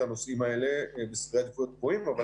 הנושאים האלה בסדרי עדיפות גבוהים אבל